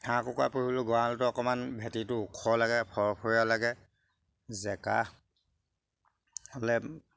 হাঁহ কুকৰা পুহিবলৈ গড়ালটো অকণমান ভেটিটো ওখ লাগে ফৰফৰীয় লাগে জেকা হ'লে